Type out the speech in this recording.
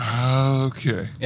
Okay